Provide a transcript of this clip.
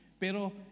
Pero